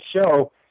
show